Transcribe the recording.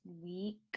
week